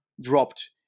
dropped